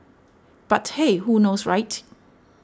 but hey who knows right